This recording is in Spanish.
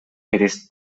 eres